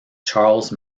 charles